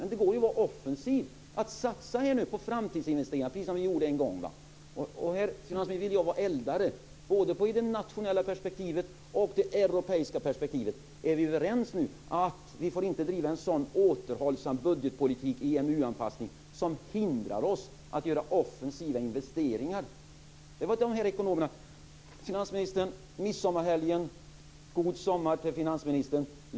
Men det går att vara offensiv och satsa på framtidsinvesteringar, som vi gjorde en gång. Här vill jag vara eldare, både i det nationella och det europeiska perspektivet. Är vi överens om att vi inte får driva en så återhållsam budgetpolitik för EMU anpassning som hindrar oss att göra offensiva investeringar? Jag önskar finansministern en trevlig midsommarhelg och en god sommar.